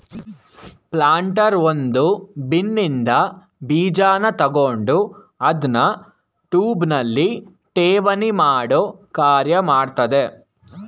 planter ಒಂದು ಬಿನ್ನಿನ್ದ ಬೀಜನ ತಕೊಂಡು ಅದ್ನ ಟ್ಯೂಬ್ನಲ್ಲಿ ಠೇವಣಿಮಾಡೋ ಕಾರ್ಯ ಮಾಡ್ತದೆ